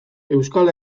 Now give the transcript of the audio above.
euskal